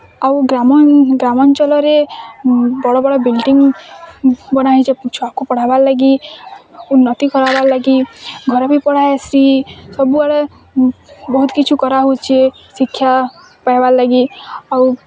ଆଉ ଗ୍ରାମଂ ଗ୍ରାମଞ୍ଚଲରେ ବଡ଼ ବଡ଼ ବିଲଡ଼ିଂ ବନା ହୋଇଛି ଛୁଆକୁ ପଢ଼ାବାର୍ ଲାଗି ଉର୍ଣ୍ଣତ୍ତି କରାବା ଲାଗି ଘରେ ବି ପଢ଼ା ହେସିଁ ସବୁବେଳେ ବହୁତ୍ କିଛୁ କରା ହେଉଛି ଶିକ୍ଷା ପାଇବା ଲାଗି ଆଉ